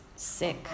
sick